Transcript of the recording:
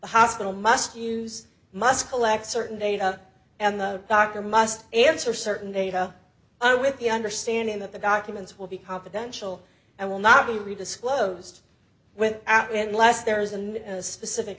the hospital must use must collect certain data and the doctor must answer certain data with the understanding that the documents will be confidential and will not be read disclosed went out and last there is a specific